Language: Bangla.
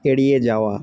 এড়িয়ে যাওয়া